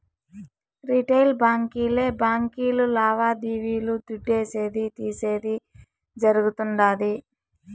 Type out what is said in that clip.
retail బాంకీలే బాంకీలు లావాదేవీలు దుడ్డిసేది, తీసేది జరగుతుండాది